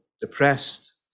depressed